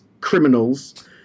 criminals